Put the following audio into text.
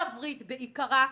גברית בעיקרה,